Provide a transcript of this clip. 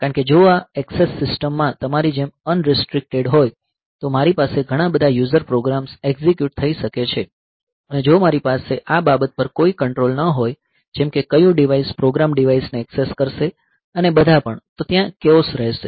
કારણ કે જો આ ઍક્સેસ સિસ્ટમ માં તમારી જેમ અનરિસ્ટ્રીક્ટેડ હોય તો મારી પાસે ઘણા બધા યુઝર પ્રોગ્રામ્સ એક્ઝિક્યુટ થઈ શકે છે અને જો મારી પાસે આ બાબત પર કોઈ કંટ્રોલ ન હોય જેમ કે કયુ ડિવાઇસ પ્રોગ્રામ ડિવાઇસને ઍક્સેસ કરશે અને બધા પણ તો ત્યાં કેઓસ રહેશે